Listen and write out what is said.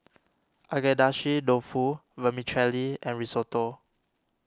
Agedashi Dofu Vermicelli and Risotto